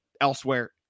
elsewhere